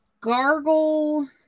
gargle